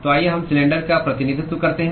तो आइए हम सिलेंडर का प्रतिनिधित्व करते हैं